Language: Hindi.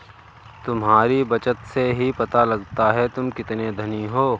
तुम्हारी बचत से ही पता लगता है तुम कितने धनी हो